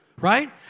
right